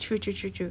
true true true true